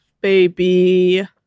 baby